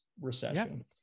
recession